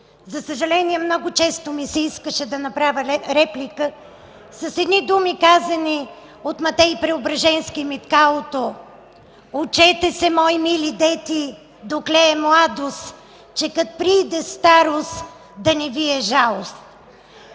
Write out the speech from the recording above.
За съжаление много често ми се искаше да направя реплика с едни думи казани от Матей Преображенски-Миткалото: „Учете се, мои мили дети, докле е младост, че кат прииде старост да не ви е жалост.”